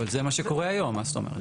אבל זה מה שקורה היום, מה זאת אומרת?